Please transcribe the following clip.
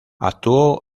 actuó